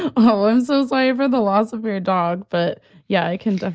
oh, and those eye over the loss of your dog. but yeah, i can.